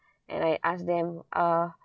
and I ask them uh